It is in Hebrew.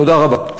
תודה רבה.